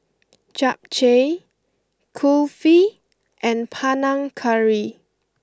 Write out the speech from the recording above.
Japchae Kulfi and Panang Curry